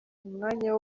umwanya